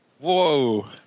Whoa